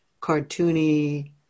cartoony